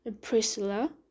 Priscilla